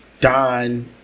Don